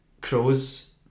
crows